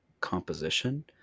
composition